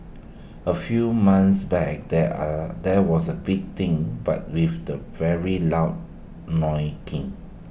A few months back there are there was A big thing but with very loud honking